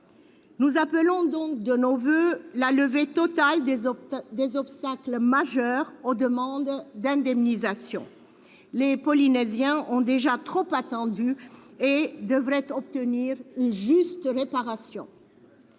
Nous appelons donc de nos voeux la levée totale des obstacles majeurs aux demandes d'indemnisation. Les Polynésiens ont déjà trop attendu et doivent obtenir une juste réparation.